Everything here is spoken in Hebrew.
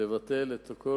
לבטל את כל